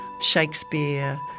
Shakespeare